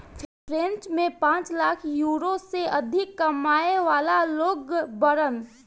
French में पांच lakh euro से अधिक कमाए वाला लोग बाड़न